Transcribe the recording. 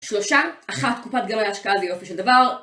שלושה, אחת, קופת גמל להשקעה זה יופי של דבר